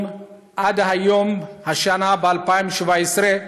עד היום, השנה, 2017,